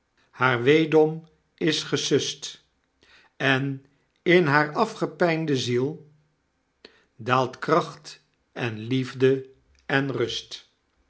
haar weedom is gesust en in haar afgepynde ziel daalt kracht en liefde en rust